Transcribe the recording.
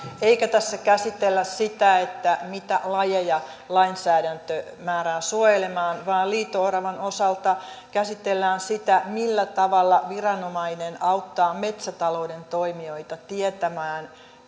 eikä tässä käsitellä sitä mitä lajeja lainsäädäntö määrää suojelemaan vaan liito oravan osalta käsitellään sitä millä tavalla viranomainen auttaa metsätalouden toimijoita tietämään